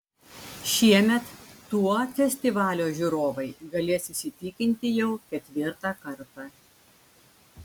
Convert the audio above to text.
šiemet tuo festivalio žiūrovai galės įsitikinti jau ketvirtą kartą